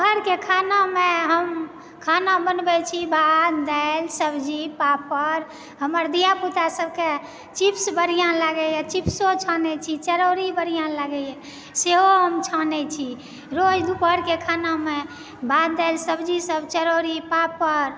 घरके खानामे हम खाना बनबै छी भात दालि सब्जी पापड़ हमर धियापुता सबके चीप्स बढ़िया लागैए चीप्सो छानै छी चरौरी बढ़िया लागैए सेहो हम छानै छी रोज दुपहरके खानामे भात दालि सब्जी सब चरौरी पापड़